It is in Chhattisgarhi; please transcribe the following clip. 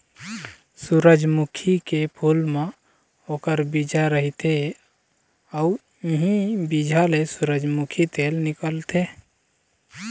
सूरजमुखी के फूल म ओखर बीजा रहिथे अउ इहीं बीजा ले सूरजमूखी तेल निकलथे